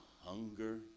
hunger